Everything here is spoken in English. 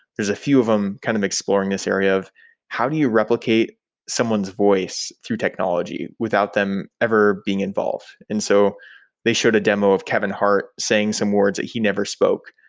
there's a few of them kind of exploring this area of how do you replicate someone's voice through technology without them ever being involved? and so they showed a demo of kevin hart saying some words that he never spoke,